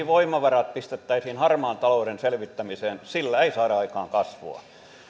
voimavarat pistettäisiin harmaan talouden selvittämiseen sillä ei saada aikaan kasvua